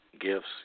gifts